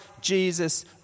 Jesus